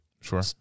sure